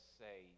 say